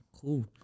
Cool